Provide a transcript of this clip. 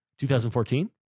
2014